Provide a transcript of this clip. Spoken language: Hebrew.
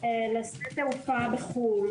לשדה תעופה בחו"ל,